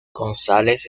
gonzales